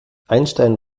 einstein